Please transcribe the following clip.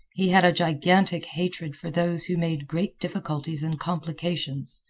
he had a gigantic hatred for those who made great difficulties and complications.